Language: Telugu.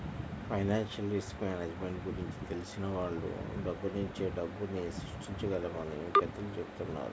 ఫైనాన్షియల్ రిస్క్ మేనేజ్మెంట్ గురించి తెలిసిన వాళ్ళు డబ్బునుంచే డబ్బుని సృష్టించగలరని పెద్దలు చెబుతారు